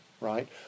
Right